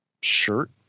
Shirt